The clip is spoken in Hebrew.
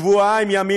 שבועיים ימים,